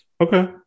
Okay